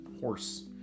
Horse